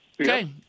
Okay